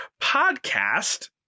Podcast